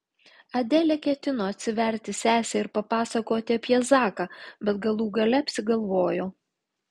adelė ketino atsiverti sesei ir papasakoti apie zaką bet galų gale apsigalvojo